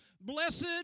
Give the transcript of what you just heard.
Blessed